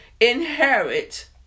inherit